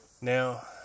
Now